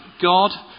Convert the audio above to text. God